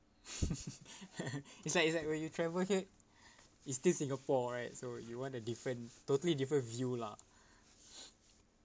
it's like it's like when you travel here it's still singapore right so you want a different totally different view lah